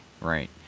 right